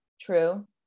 true